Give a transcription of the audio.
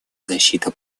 защиты